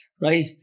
right